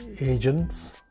agents